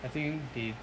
I think the